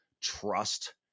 trust